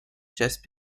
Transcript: chest